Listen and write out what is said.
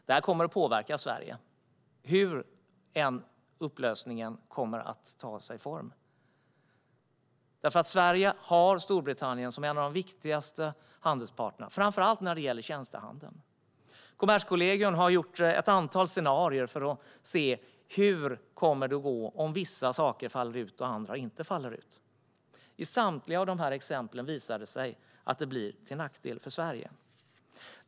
Detta kommer att påverka Sverige, vilken form upplösningen än kommer att ta. Sverige har Storbritannien som en av sina viktigaste handelspartner, framför allt i tjänstehandeln. Kommerskollegium har gjort ett antal scenarier för att se hur det kommer att gå om vissa saker faller ut och andra inte faller ut. I samtliga dessa exempel visar det sig att det blir till nackdel för Sverige.